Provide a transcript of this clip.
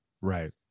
right